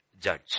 judge